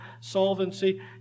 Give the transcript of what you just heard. solvency